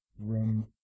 room